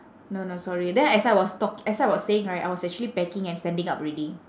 no no sorry then as I was talk~ as I was saying right I was actually packing and standing up already